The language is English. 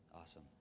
Awesome